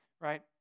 right